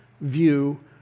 view